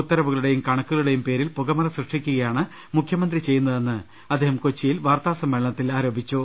ഉത്തരവുകളുടേയും കണക്കുകളുടേയും പേരിൽ പുകമറ സൃഷ്ടിക്കുകയാണ് മുഖ്യമന്ത്രി ചെയ്യുന്നതെന്നും അദ്ദേഹം കൊച്ചിയിൽ വാർത്താ സമ്മേളനത്തിൽ പറഞ്ഞു